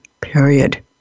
period